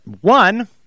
One